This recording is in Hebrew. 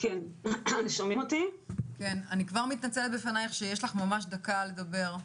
אני כבר מתנצלת בפנייך שיש לך ממש דקה לדבר.